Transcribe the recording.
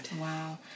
Wow